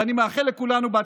ואני מאחל לכולנו בהצלחה.